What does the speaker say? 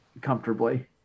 comfortably